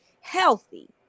healthy